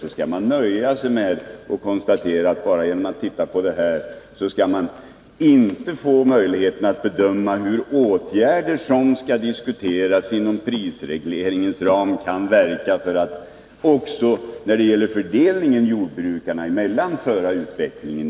Man skall alltså nöja sig med att titta på just detta och inte få möjlighet att bedöma hur åtgärder som skall diskuteras inom prisregleringens ram kan föra utvecklingen i en annan riktning också när det gäller fördelningen jordbrukarna emellan.